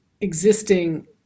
existing